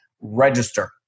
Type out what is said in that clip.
register